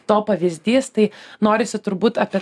to pavyzdys tai norisi turbūt apie